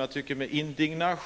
Jag tycker att